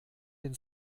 den